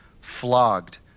flogged